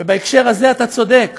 ובהקשר הזה, אתה צודק,